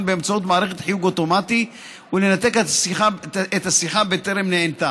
באמצעות מערכת חיוג אוטומטי ולנתק את השיחה בטרם נענתה,